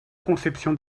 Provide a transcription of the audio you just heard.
conceptions